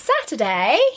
Saturday